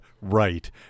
right